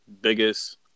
biggest